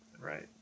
Right